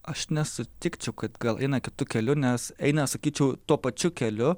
aš nesutikčiau kad gal eina kitu keliu nes eina sakyčiau tuo pačiu keliu